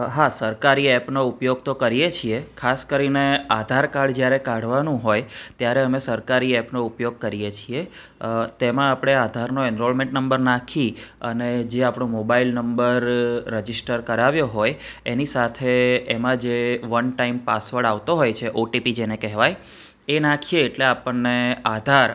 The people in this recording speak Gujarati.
હા સરકારી એપનો ઉપયોગ તો કરીએ છીએ ખાસ કરીને આધાર કાર્ડ જ્યારે કાઢવાનું હોય ત્યારે અમે સરકારી એપનો ઉપયોગ કરીએ છીએ તેમાં આપણે આધારનો એનરોલમેન્ટ નંબર નાખી અને જે આપણો મોબાઈલ નંબર રજીસ્ટર કરાવ્યો હોય એની સાથે એમાં જે વન ટાઈમ પાસવર્ડ આવતો હોય છે ઓટીપી જેને કહેવાય એ નાખીએ એટલે આપણને આધાર